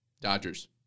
dodgers